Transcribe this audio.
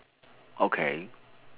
okay